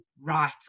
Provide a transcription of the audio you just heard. right